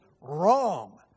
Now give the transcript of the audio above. wrong